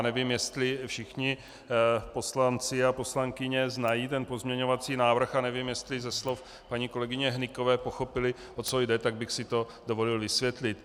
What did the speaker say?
Nevím, jestli všichni poslanci a poslankyně znají ten pozměňovací návrh a nevím, jestli ze slov paní kolegyně Hnykové pochopili, o co jde, tak bych si to dovolil vysvětlit.